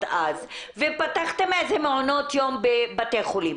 אז - ופתחתם את מעונות יום בבתי חולים.